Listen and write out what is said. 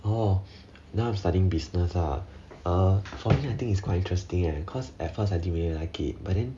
oh now I am studying business ah uh for me I think is quite interesting eh cause at first I didn't really like it but then